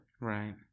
Right